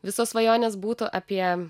visos svajonės būtų apie